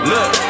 Look